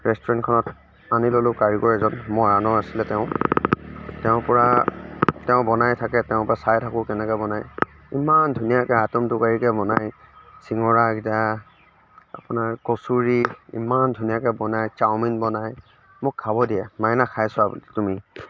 ৰেষ্টুৰেণ্টখনত আনি ল'লোঁ কাৰিকৰ এজন মৰাণৰ আছিলে তেওঁ তেওঁৰ পৰা তেওঁ বনাই থাকে তেওঁৰ পৰা চাই থাকোঁ কেনেকৈ বনায় ইমান ধুনীয়াকৈ আটোমটোকাৰীকৈ বনায় চিঙৰাগিটা আপোনাৰ কচুৰী ইমান ধুনীয়াকৈ বনায় চাওমিন বনায় মোক খাব দিয়ে মাইনা খাই চোৱা বুলি তুমি